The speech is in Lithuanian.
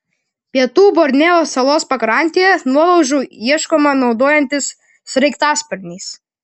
pietų borneo salos pakrantėje nuolaužų ieškoma naudojantis sraigtasparniais